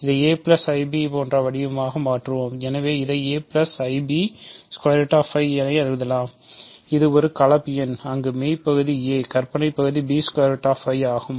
இதை aib போன்ற வடிவமாக மாற்றுவோம் எனவே இதை என எழுதலாம் இது ஒரு கலப்பு எண் அங்கு மெய் பகுதி a கற்பனையான பகுதி ஆகும்